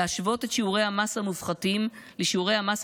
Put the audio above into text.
להשוות את שיעורי המס המופחתים לשיעורי המס